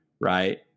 right